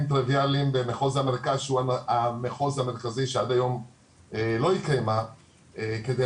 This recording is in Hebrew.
טריויאליים במחוז המרכז שהוא המחוז המרכזי שעד היום לא התקיימה כדי